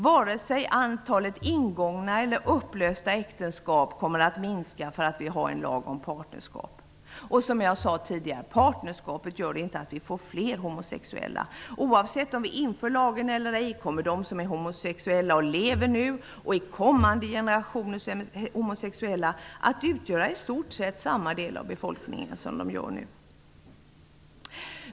Varken antalet ingångna eller upplösta äktenskap kommer att minska därför att vi har en lag om partnerskap. Som jag sade tidigare, gör inte partnerskapet att vi får fler homosexuella. Oavsett om vi inför lagen eller ej, kommer de som är homosexuella och lever nu och kommande generationers homosexuella att utgöra i stort sett samma del av befolkningen som nu.